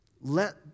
let